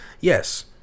yes